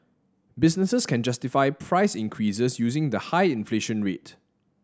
businesses can justify price increases using the high inflation rate